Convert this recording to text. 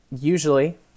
usually